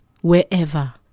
wherever